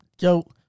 yo